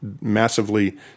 massively